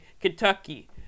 Kentucky